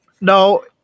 No